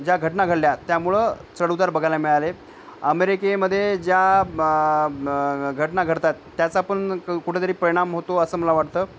ज्या घटना घडल्या त्यामुळं चढउतार बघायला मिळाले अमेरिकेमध्ये ज्या म म घटना घडतात त्याचा पण क कुठेतरी परिणाम होतो असं मला वाटतं